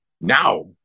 Now